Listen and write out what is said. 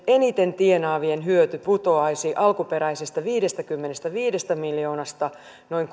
eniten tienaavien hyöty putoaisi alkuperäisestä viidestäkymmenestäviidestä miljoonasta noin